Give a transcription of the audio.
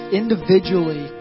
individually